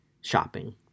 shopping